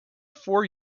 four